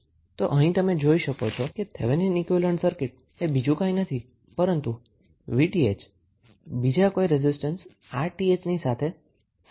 તો અહીં તમે જોઈ શકો છો કે થેવેનીન ઈક્વીવેલેન્ટ સર્કીટ એ બીંજુ કંઈ નથી પરંતુ 𝑉𝑇ℎ બીજા કોઈ રેઝિસ્ટન્સ 𝑅𝑇ℎ ની સાથે સીરીઝ માં છે